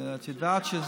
ואת יודעת,